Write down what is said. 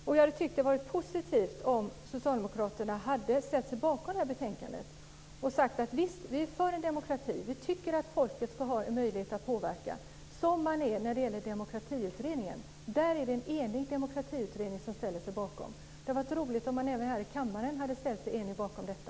Jag hade tyckt att det hade varit positivt om socialdemokraterna hade ställt sig bakom betänkandet och sagt att de är för demokrati och att de tycker att folket ska ha möjlighet att påverka på det sätt som man har gjort i Demokratiutredningen som enhälligt har ställt sig bakom det här. Det hade varit roligt om man även här i kammaren enigt hade ställt sig bakom detta.